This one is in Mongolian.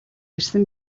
ирсэн